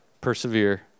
persevere